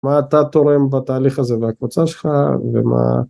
מה אתה תורם בתהליך הזה והקבוצה שלך ומה...